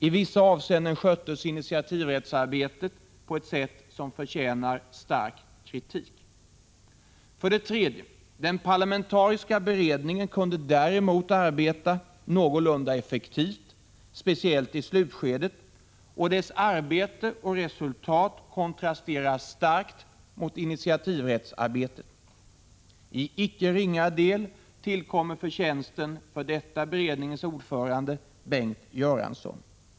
I vissa avseenden sköttes initiativrättsarbetet på ett sätt som förtjänar stark kritik. 3. Den parlamentariska beredningen kunde däremot arbeta någorlunda effektivt, speciellt i slutskedet. Dess arbete och resultat kontrasterar starkt mot initiativrättsarbetet. Till icke ringa del tillkommer förtjänsten för detta beredningens ordförande, Bengt Göransson.